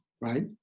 right